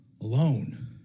alone